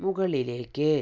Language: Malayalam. മുകളിലേക്ക്